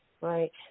right